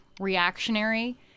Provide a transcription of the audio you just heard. reactionary